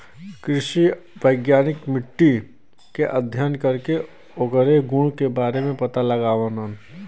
कृषि वैज्ञानिक मट्टी के अध्ययन करके ओकरे गुण के बारे में पता लगावलन